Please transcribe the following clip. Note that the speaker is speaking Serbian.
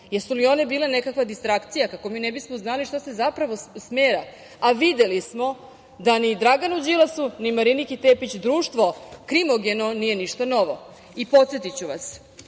Jesu li one bile nekakva distrakcija kako mi ne bismo znali šta se zapravo smera, a videli smo da ni Draganu Đilasu, ni Mariniki Tepić društvo krimogeno nije ništa novo. Podsetiću vas,